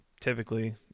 Typically